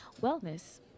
wellness